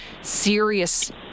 serious